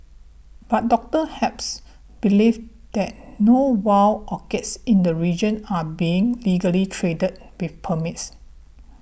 but Doctor Phelps believes that no wild orchids in the region are being legally traded with permits